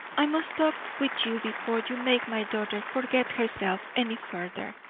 i must talk with you before you make my daughter forget herself any further.